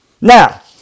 Now